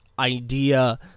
idea